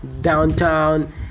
downtown